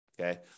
Okay